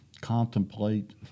contemplate